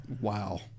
Wow